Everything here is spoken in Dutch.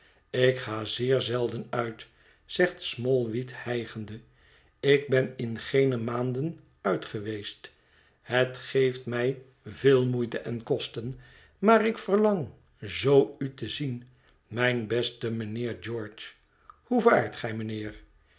ik ga zeer zelden uit zegt smallweed hijgende ik ben in geene maanden uit geweest het geeft mij veel moeite en kosten maar ik verlang zoo u te zien mijn beste mijnheer george hoe vaart gij mijnheer